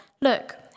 look